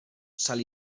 sal